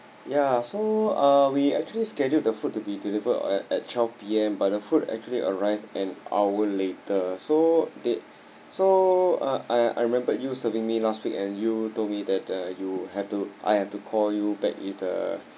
ya so uh we actually scheduled the food to be delivered uh at twelve P_M but the food actually arrived an hour later so it so uh I I remembered you serving me last week and you told me that uh you have to I have to call you back if the